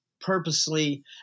purposely